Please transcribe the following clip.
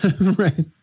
Right